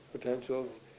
potentials